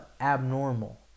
abnormal